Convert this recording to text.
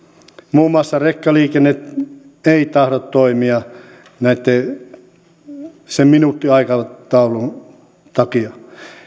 muun muassa rekkaliikenne ei tahdo toimia sen minuuttiaikataulun takia